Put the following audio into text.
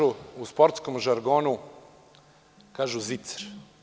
U sportskom žargonu, kažu – zicer.